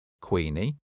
Queenie